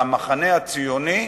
במחנה הציוני,